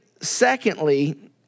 secondly